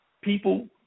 People